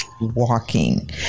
walking